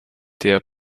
der